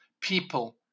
people